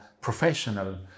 professional